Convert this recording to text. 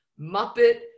Muppet